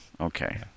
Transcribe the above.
Okay